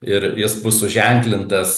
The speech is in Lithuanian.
ir jis bus suženklintas